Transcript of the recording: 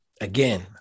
again